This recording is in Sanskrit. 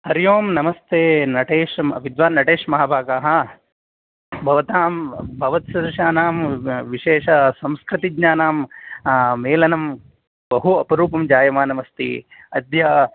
हरिः ओम् नमस्ते नटेशम् विद्वान् नटेशमहाभागाः भवतां भवत्सदृशानां विशेषसंस्कृतिज्ञानां मेलनं बहु अपरूपं जायमानमस्ति अद्य